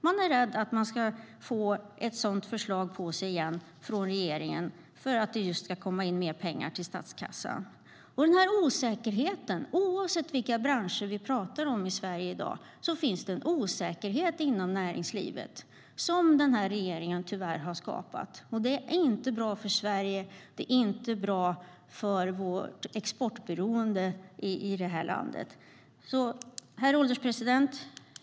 Man är rädd att man ska få ett sådant förslag på sig igen från regeringen för att det ska komma in mer pengar till statskassan. Herr ålderspresident!